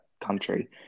country